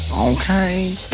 Okay